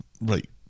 Right